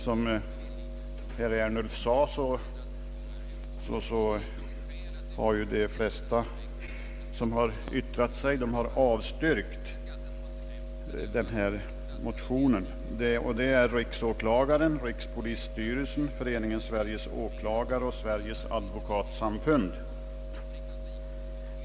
Som herr Ernulf sade har flertalet remissinstanser = avstyrkt motionerna, nämligen riksåklagaren, rikspolissty Om förhörsvittne vid polisförhör relsen, Föreningen Sveriges åklagare och Sveriges advokatsamfund.